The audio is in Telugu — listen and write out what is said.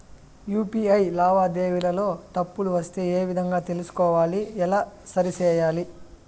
యు.పి.ఐ లావాదేవీలలో తప్పులు వస్తే ఏ విధంగా తెలుసుకోవాలి? ఎలా సరిసేయాలి?